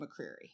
McCreary